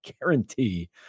guarantee